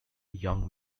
young